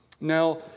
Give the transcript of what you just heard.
Now